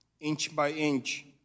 inch-by-inch